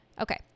okay